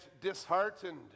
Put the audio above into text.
disheartened